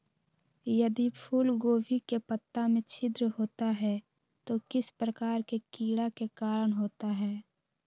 यदि फूलगोभी के पत्ता में छिद्र होता है तो किस प्रकार के कीड़ा के कारण होता है?